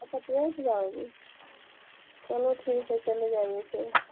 अच्छा ट्रेन से जाओगी चलो ठीक है चले जाइए फिर